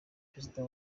perezida